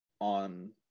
on